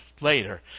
later